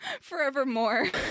forevermore